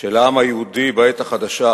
של העם היהודי בעת החדשה,